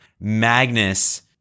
Magnus